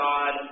God